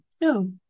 No